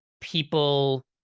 people